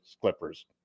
Clippers